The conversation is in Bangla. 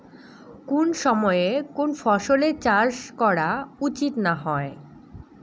কুন সময়ে কুন ফসলের চাষ করা উচিৎ না হয়?